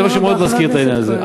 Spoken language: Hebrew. זה מה שמאוד מזכיר את העניין הזה.